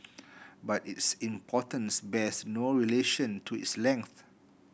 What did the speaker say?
but its importance bears no relation to its length